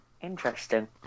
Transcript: interesting